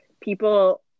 people